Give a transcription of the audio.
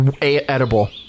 edible